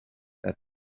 that